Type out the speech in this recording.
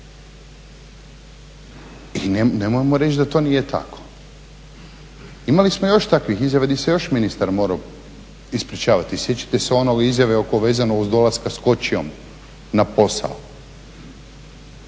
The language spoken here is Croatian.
i nemojmo reći da to nije tako. Imali smo još takvih izjava gdje se još ministar morao ispričavati. Sjećate se one izjave oko, vezano uz dolazak s kočijom na posao.